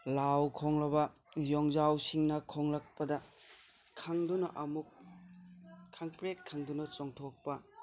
ꯂꯥꯎ ꯈꯣꯡꯂꯕ ꯌꯣꯡꯖꯥꯎꯁꯤꯡꯅ ꯈꯣꯡꯂꯛꯄꯗ ꯈꯪꯗꯨꯅ ꯑꯃꯨꯛ ꯈꯪꯄ꯭ꯔꯦꯛ ꯈꯪꯗꯨꯅ ꯆꯣꯡꯊꯣꯛꯞ